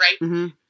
right